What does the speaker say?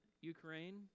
Ukraine